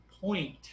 point